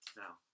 now